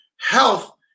health